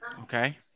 Okay